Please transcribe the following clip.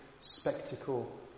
spectacle